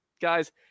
guys